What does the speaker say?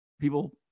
People